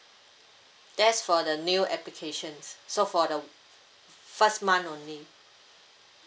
that's for the new applications so for the first month only